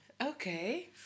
Okay